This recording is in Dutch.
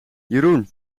jeroen